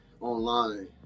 online